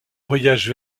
voyage